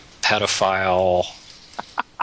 pedophile